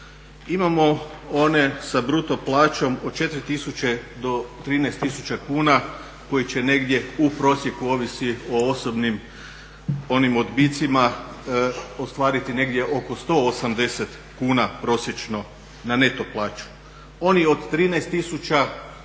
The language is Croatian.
Imamo one sa bruto plaćom od 4000 do 13 000 kuna koji će negdje u prosjeku, ovisi o osobnim onim odbicima, ostvariti negdje oko 180 kn prosječno na neto plaću. Oni od 13 000 do